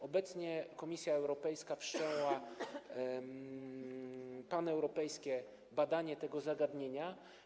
Obecnie Komisja Europejska wszczęła paneuropejskie badanie tego zagadnienia.